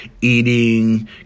eating